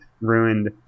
ruined